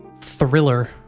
thriller